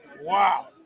Wow